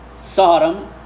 Sodom